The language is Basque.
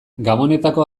gabonetako